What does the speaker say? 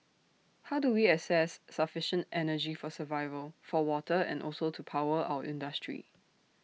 how do we access sufficient energy for survival for water and also to power our industry